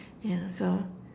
yeah so